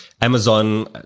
Amazon